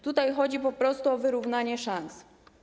Tutaj chodzi po prostu o wyrównanie szans.